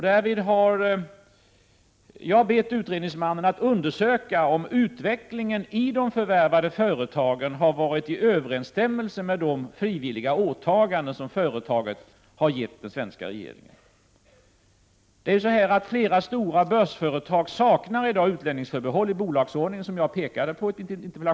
Jag har bett utredningsmannen att undersöka om utvecklingen i de förvärvade företagen har varit i överensstämmelse med de frivilliga åtaganden som man har gentemot den svenska regeringen. Som jag påpekade i mitt interpellationssvar saknar de flesta stora börsföretag i dag utlänningsförbehåll i bolagsordningen.